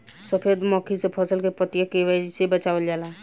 सफेद मक्खी से फसल के पतिया के कइसे बचावल जाला?